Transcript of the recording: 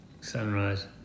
Sunrise